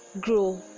Grow